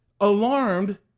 alarmed